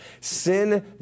Sin